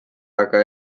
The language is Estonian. aga